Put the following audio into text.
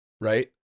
Right